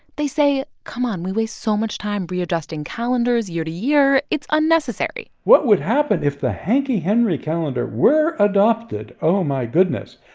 they say, come on we waste so much time readjusting calendars year to year. it's unnecessary what would happen if the hanke-henry calendar were adopted? oh, my goodness,